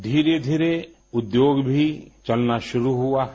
धीरे धीरे उद्योग भी चलना शुरू हुआ है